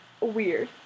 weird